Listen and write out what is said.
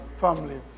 family